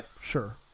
sure